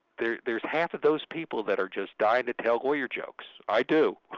there's there's half of those people that are just dying to tell lawyer jokes. i do.